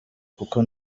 kuko